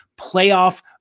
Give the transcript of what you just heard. playoff